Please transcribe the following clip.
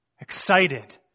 excited